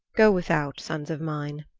go without, sons of mine.